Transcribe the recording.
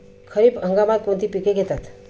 खरीप हंगामात कोणती पिके घेतात?